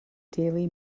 daily